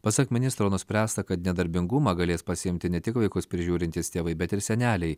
pasak ministro nuspręsta kad nedarbingumą galės pasiimti ne tik vaikus prižiūrintys tėvai bet ir seneliai